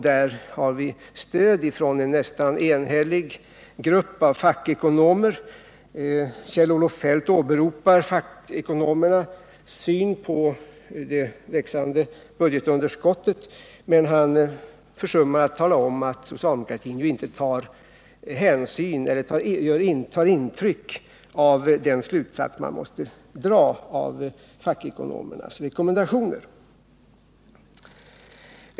Där har vi stöd från en nästan enig grupp fackekonomer. Kjell-Olof Feldt åberopar fackekonomernas syn på det växande budgetunderskottet, men han försummar att tala om att socialdemokratin inte tar intryck av den slutsats som man måste dra av fackekonomernas rekommendationer.